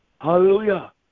Hallelujah